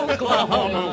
Oklahoma